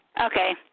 Okay